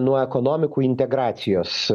nuo ekonomikų integracijos